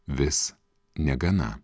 vis negana